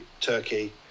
Turkey